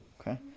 Okay